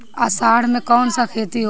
अषाढ़ मे कौन सा खेती होला?